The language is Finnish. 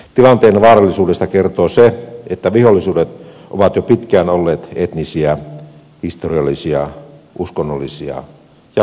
tilanteen vaarallisuudesta kertoo se että vihollisuudet ovat jo pitkään olleet etnisiä historiallisia uskonnollisia ja poliittisia